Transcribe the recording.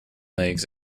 legs